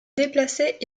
déplacées